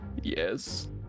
Yes